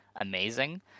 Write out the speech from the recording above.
amazing